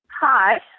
Hi